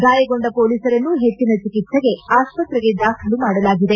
ಗಾಯಗೊಂಡ ಪೊಲೀಸರನ್ನು ಹೆಚ್ಚಿನ ಚಿಕಿತ್ತೆಗೆ ಆಸ್ಪತ್ರೆಗೆ ದಾಖಲು ಮಾಡಲಾಗಿದೆ